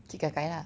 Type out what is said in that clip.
去 gaigai lah